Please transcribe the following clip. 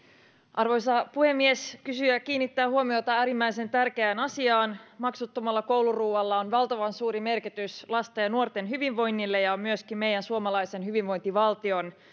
arvoisa puhemies kysyjä kiinnittää huomiota äärimmäisen tärkeään asiaan maksuttomalla kouluruualla on valtavan suuri merkitys lasten ja nuorten hyvinvoinnille ja se on myöskin meidän suomalaisen hyvinvointivaltion